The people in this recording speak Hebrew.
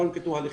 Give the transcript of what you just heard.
לא ננקטו הליכים.